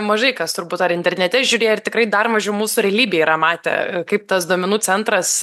mažai kas turbūt ar internete žiūrėjo ir tikrai dar mažiau mūsų realybėj yra matę kaip tas duomenų centras